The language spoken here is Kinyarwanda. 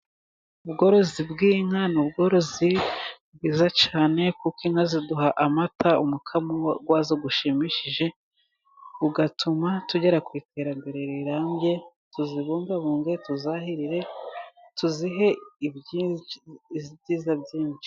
Ubworozi bw'inka ni ubworozi bwiza cyane, kuko inka ziduha amata, umukamo wazo ushimishije, ugatuma tugera ku iterambere rirambye, tuzibungabunge, tuzahirire, tuzihe ibyiza byinshi.